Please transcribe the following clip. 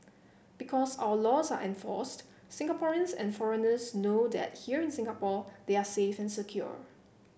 because our laws are enforced Singaporeans and foreigners know that here in Singapore they are safe and secure